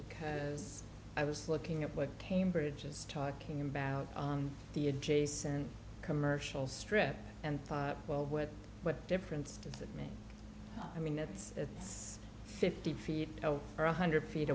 because i was looking at what cambridge is talking about the adjacent commercial strip and thought well what what difference does it make i mean that's it it's fifty feet or one hundred feet